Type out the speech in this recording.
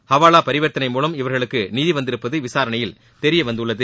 ஹவாலா பரிவர்த்தனை மூலம் இவர்களுக்கு நிதி வந்திருப்பது விசாரணையில் தெரியவந்துள்ளது